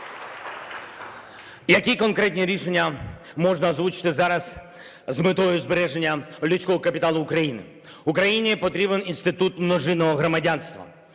Які конкретні рішення можна озвучити зараз з метою збереження людського капіталу України? Україні потрібен інститут множинного громадянства,